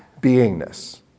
beingness